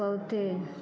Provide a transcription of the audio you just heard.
औथिन